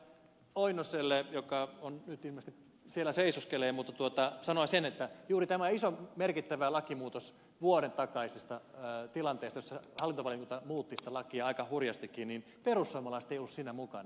oinoselle joka siellä seisoskelee sanon sen että juuri tässä isossa merkittävässä lakimuutoksessa vuoden takaisessa tilanteessa jossa hallintovaliokunta muutti sitä lakia aika hurjastikin perussuomalaiset eivät olleet mukana